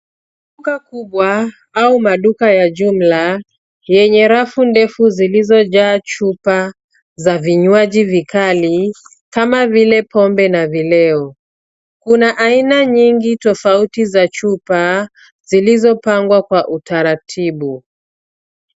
Duka kubwa au maduka ya jumla yenye rafu ndefu zilizojaa chupa za vinywaji vikali kama vile pombe na vileo. Kuna aina nyingi tofauti za chupa zilizopangwa kwa utaratibu.